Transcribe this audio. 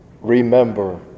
remember